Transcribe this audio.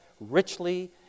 richly